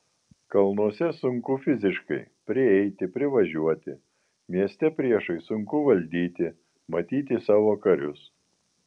kalnuose sunku fiziškai prieiti privažiuoti mieste priešui sunku valdyti matyti savo karius